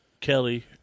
Kelly